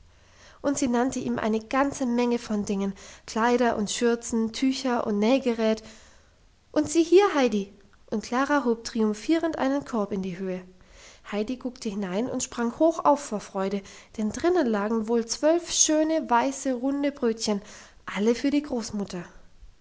und sie nannte ihm eine ganze menge von dingen kleider und schürzen tücher und nähgerät und sieh hier heidi und klara hob triumphierend einen korb in die höhe heidi guckte hinein und sprang hoch auf vor freude denn drinnen lagen wohl zwölf schöne weiße runde brötchen alle für die großmutter